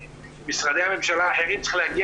וממשרדי הממשלה האחרים צריך להגיע